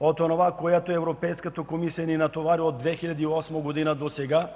от онова, с което Европейската комисия ни натовари от 2008 г. досега